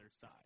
side